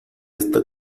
esta